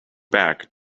back